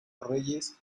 reyes